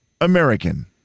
American